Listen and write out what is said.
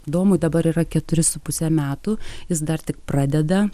domui dabar yra keturi su puse metų jis dar tik pradeda